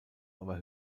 aber